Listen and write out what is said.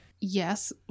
Yes